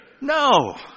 No